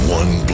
one